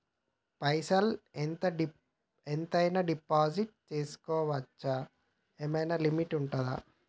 పైసల్ ఎంత అయినా డిపాజిట్ చేస్కోవచ్చా? ఏమైనా లిమిట్ ఉంటదా?